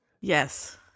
Yes